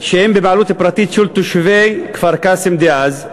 שהם בבעלות פרטית של תושבי כפר-קאסם דאז,